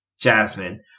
jasmine